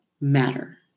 matter